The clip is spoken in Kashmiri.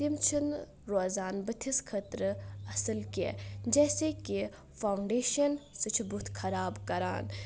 تِم چھنہٕ روزان بُتھِس خأطرٕ اَصل کیٚنٛہہ جیسے کہ فاونڈیشن سُہ چھ بُتھ خراب کران